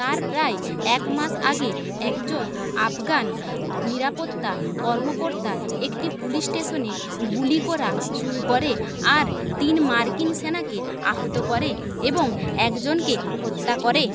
তার প্রায় এক মাস আগে একজন আফগান নিরাপত্তা কর্মকর্তা একটি পুলিশ স্টেশনে গুলি করা শুরু করে আর তিন মার্কিন সেনাকে আহত করে এবং একজনকে হত্যা করে